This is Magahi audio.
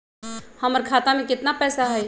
हमर खाता में केतना पैसा हई?